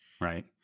Right